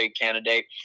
candidate